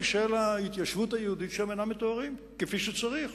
של ההתיישבות היהודית שם אינם מטוהרים כפי שצריך